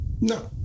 No